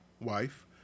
wife